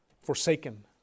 Forsaken